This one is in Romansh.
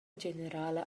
generala